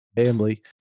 family